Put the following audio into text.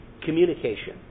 communication